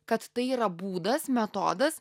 kad tai yra būdas metodas